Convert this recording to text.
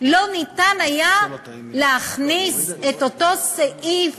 לא ניתן היה להכניס את אותו סעיף